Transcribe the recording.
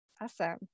Awesome